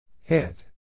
Hit